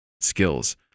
skills